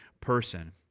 person